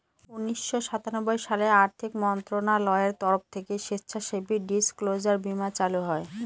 উনিশশো সাতানব্বই সালে আর্থিক মন্ত্রণালয়ের তরফ থেকে স্বেচ্ছাসেবী ডিসক্লোজার বীমা চালু হয়